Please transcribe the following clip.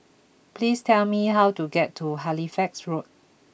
please tell me how to get to Halifax Road